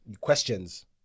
Questions